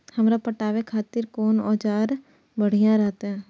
हमरा पटावे खातिर कोन औजार बढ़िया रहते?